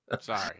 sorry